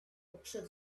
också